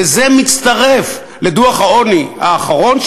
וזה מצטרף לדוח העוני האחרון,